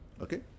Okay